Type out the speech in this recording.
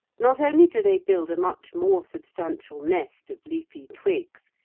not only do they build a much more substantial nest of leafy twigs,